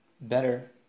better